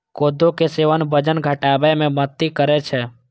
कोदो के सेवन वजन घटाबै मे मदति करै छै